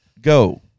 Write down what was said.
go